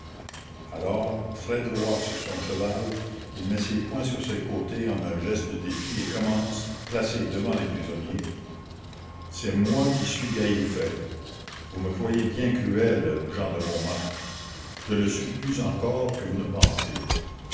alors très droit sur son cheval il met ses poings sur ses côtés en un geste de défi et commence placé devant les prisonniers la commune c'est moi qui suis gallifet vous me croyez bien cruel gens de montmartre je le suis plus encore que vous ne pensez